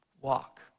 Walk